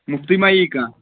مُفتٕے ما یی کانٛہہ